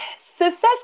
success